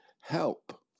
help